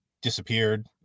disappeared